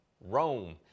Rome